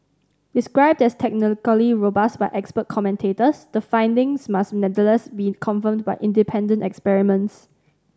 described as technically robust by expert commentators the findings must nevertheless be confirmed by independent experiments